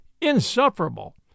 insufferable